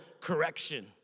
correction